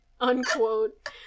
unquote